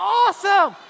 awesome